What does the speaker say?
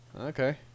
Okay